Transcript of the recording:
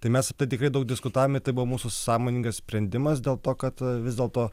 tai mes apie tai tikrai daug diskutavome ir tai buvo mūsų sąmoningas sprendimas dėl to kad vis dėlto